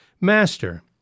Master